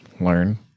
learn